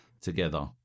together